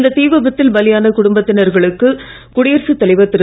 இந்த தீ விபத்தில் பலியான குடும்பத்தினர்களுக்கு குடியரசுத் தலைவர் திரு